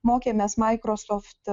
mokėmės microsoft